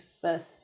first